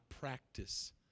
practice